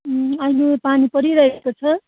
अहिले पानी परिरहेको छ